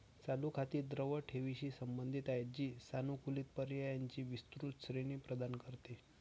चालू खाती द्रव ठेवींशी संबंधित आहेत, जी सानुकूलित पर्यायांची विस्तृत श्रेणी प्रदान करते